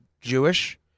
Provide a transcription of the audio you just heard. Jewish